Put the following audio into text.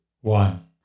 one